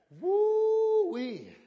Woo-wee